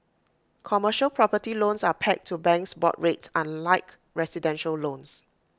commercial property loans are pegged to banks board rates unlike residential loans